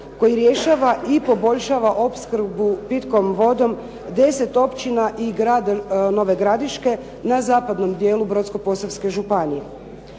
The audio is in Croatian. koji rješava i poboljšava opskrbu pitkom vodom 10 općina i grad Nove Gradiške na zapadnom djelu Brodsko-posavske županije.